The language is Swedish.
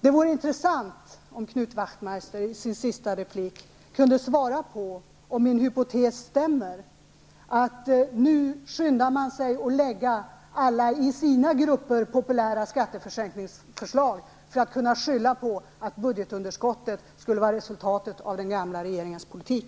Det vore intressant om Knut Wachtmeister i sin sista replik kunde svara på om min hypotes stämmer. Är det så att man nu skyndar sig att lägga fram alla i sina grupper populära skattesänkningsförslag för att kunna skylla på att budgetunderskottet är resultatet av den gamla regeringens politik?